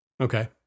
Okay